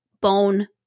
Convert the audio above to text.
bone